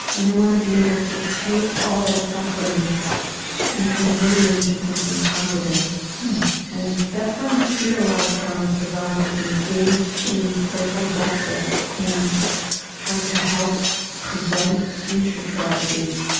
and they want to be able to take all that suffering and convert it into something positive and that's why you see a lot of trauma survivors engaged in social justice and trying to help prevent future tragedies.